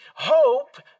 Hope